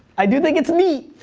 i do think it's neat.